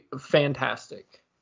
fantastic